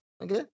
okay